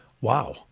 wow